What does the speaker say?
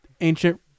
ancient